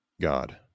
God